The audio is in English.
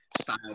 style